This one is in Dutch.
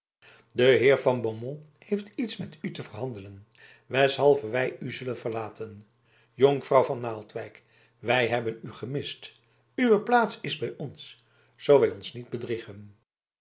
de heer van beaumont heeft iets met u te verhandelen weshalve wij u zullen verlaten jonkvrouw van naaldwijk wij hebben u gemist uwe plaats is bij ons zoo wij ons niet bedriegen